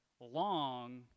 long